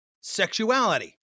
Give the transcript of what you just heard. sexuality